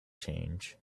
change